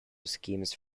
schemes